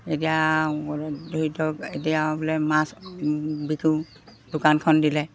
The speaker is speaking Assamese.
এতিয়া ধৰি থওক এতিয়া বোলে মাছ বিকোঁ দোকানখন দিলে